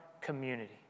community